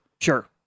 Sure